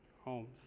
homes